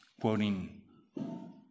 quoting